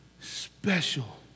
special